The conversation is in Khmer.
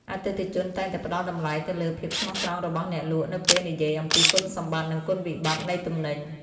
អតិថិជនតែងតែផ្តល់តម្លៃទៅលើភាពស្មោះត្រង់របស់អ្នកលក់នៅពេលនិយាយអំពីគុណសម្បត្តិ និងគុណវិបត្តិនៃទំនិញ។